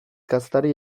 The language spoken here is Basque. kazetari